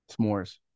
S'mores